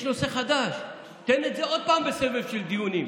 יש נושא חדש, תן את זה עוד פעם בסבב של דיונים.